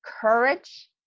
courage